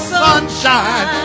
sunshine